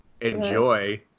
Enjoy